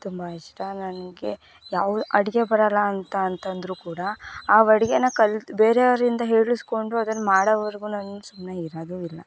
ತುಂಬ ಇಷ್ಟ ನನಗೆ ಯಾವ ಅಡುಗೆ ಬರೋಲ್ಲ ಅಂತ ಅಂತಂದರೂ ಕೂಡ ಆ ಅಡ್ಗೆನ ಕಲ್ತು ಬೇರೆಯವರಿಂದ ಹೇಳಿಸ್ಕೊಂಡು ಅದನ್ನು ಮಾಡೋವರ್ಗೂ ನನ್ನ ಸುಮ್ಮನೆ ಇರೋದೂ ಇಲ್ಲ